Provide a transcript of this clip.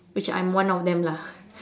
which I'm one of them lah